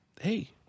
Hey